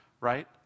right